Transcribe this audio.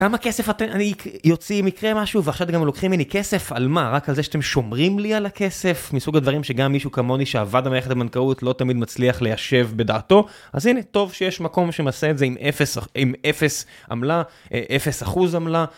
כמה כסף את... אני, יוציא אם יקרה משהו? ועכשיו אתם גם לוקחים ממני כסף? על מה? רק על זה שאתם שומרים לי על הכסף? מסוג הדברים שגם מישהו כמוני שעבד במערכת הבנקאות לא תמיד מצליח ליישב בדעתו. אז הנה, טוב שיש מקום שמעשה את זה עם אפס עמלה, אפס אחוז עמלה.